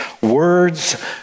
words